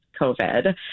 COVID